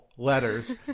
letters